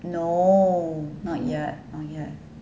no not yet